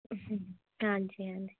हाँ जी हाँ जी